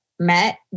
met